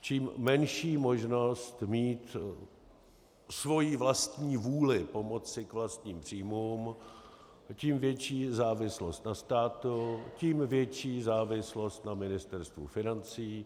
Čím menší možnost mít svoji vlastní vůli pomoct si k vlastním příjmům, tím větší závislost na státu, tím větší závislost na Ministerstvu financí.